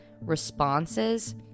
responses